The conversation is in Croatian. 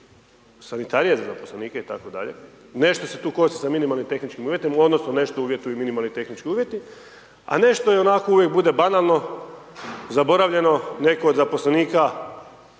sanitarije za zaposlenike i tako dalje, nešto se tu kosi sa minimalnim tehničkih uvjetima, odnosno nešto uvjetuju i minimalni tehnički uvjeti, a nešto je onako, uvijek bude banalno, zaboravljeno, netko od zaposlenika